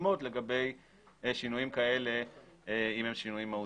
קודמות לגבי שינויים כאלה אם הם שינויים מהותיים.